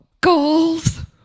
Goals